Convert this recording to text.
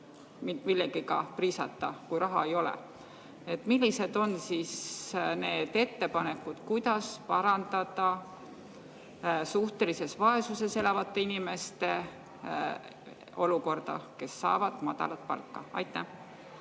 millegagi priisata, kui raha ei ole. Millised on siis ettepanekud, kuidas parandada nende suhtelises vaesuses elavate inimeste olukorda, kes saavad madalat palka? Aitäh!